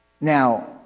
Now